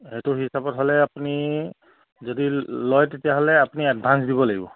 সেইটো হিচাপত হ'লে আপুনি যদি লয় তেতিয়াহ'লে আপুনি এডভান্স দিব লাগিব